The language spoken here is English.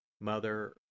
Mother